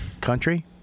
country